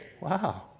Wow